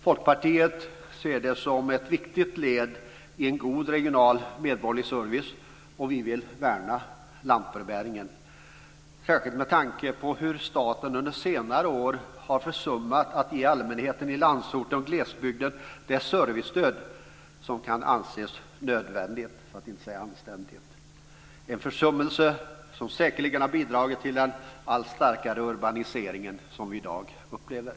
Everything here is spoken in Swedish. Folkpartiet ser lantbrevbäringen som ett viktigt led i en god regional medborgerlig service, och vi vill värna om den - särskilt med tanke på hur staten under senare år har försummat att ge allmänheten i landsorten och i glesbygden det servicestöd som kan anses nödvändigt, för att inte säga anständigt, en försummelse som har bidragit till den allt starkare urbanisering som vi i dag upplever.